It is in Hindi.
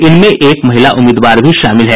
इनमें एक महिला उम्मीदवार भी शामिल है